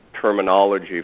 terminology